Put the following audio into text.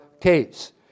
case